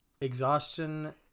exhaustion